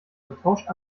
vertauscht